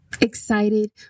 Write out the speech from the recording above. Excited